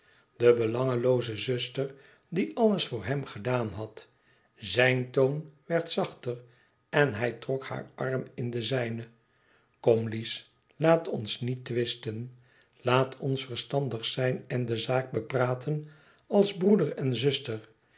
de belangelooze zuster die alles voor hem gedaan had zijn toon werd zachter en mj trok haar arm in den zijnen kom lies laat ons niet twisten laat ons verstandig zijn en de zaak bepraten als broeder en zuster